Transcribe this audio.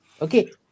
Okay